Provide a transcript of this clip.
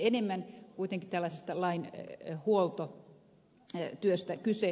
enemmän kuitenkin tällaisesta lainhuoltotyöstä on kyse